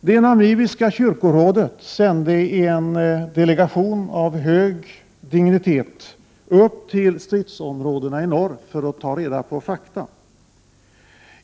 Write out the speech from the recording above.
Det namibiska kyrkorådet sände en delegation av hög dignitet till stridsområdena uppe i norr för att ta reda på fakta.